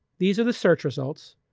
these are the search results.